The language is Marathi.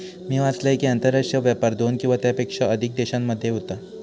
मी वाचलंय कि, आंतरराष्ट्रीय व्यापार दोन किंवा त्येच्यापेक्षा अधिक देशांमध्ये होता